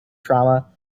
trauma